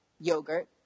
yogurt